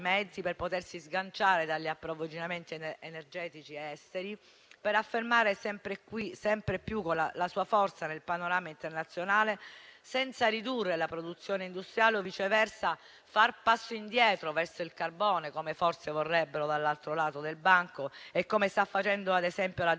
mezzi per potersi sganciare dagli approvvigionamenti energetici esteri, per affermare sempre più la sua forza nel panorama internazionale, senza ridurre la produzione industriale o viceversa far passi indietro verso il carbone - come forse vorrebbero dall'altro lato del banco e come sta facendo, ad esempio, la